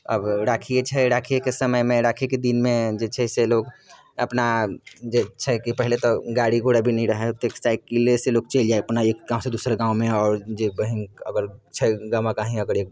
अब राखिए छै राखिएके समयमे राखीके दिनमे जे छै से लोक अपना जे छै कि पहिले तऽ गाड़ी घोड़ा भी नहि रहे ओतेक साइकिलेसँ लोक चलि जाइ अपना एक गामसँ दोसर गाममे आओर जे बहिन अगर छै गामके कहीँ